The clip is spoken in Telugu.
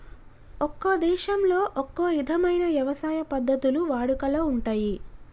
ఒక్కో దేశంలో ఒక్కో ఇధమైన యవసాయ పద్ధతులు వాడుకలో ఉంటయ్యి